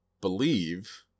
believe